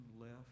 left